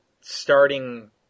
starting